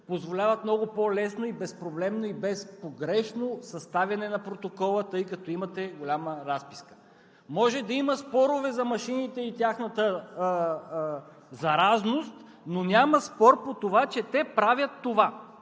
позволяват много по-лесно, безпроблемно и безпогрешно съставяне на протокола, тъй като имате голяма разписка. Може да има спорове за машините и тяхната заразност, но няма спор по това, че те правят това.